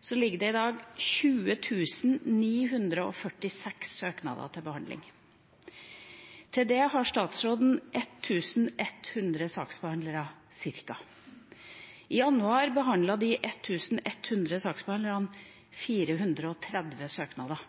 så ligger det i dag 20 946 søknader til behandling, og til det har statsråden ca. 1 100 saksbehandlere. I januar behandlet de 1 100 saksbehandlerne 430 søknader.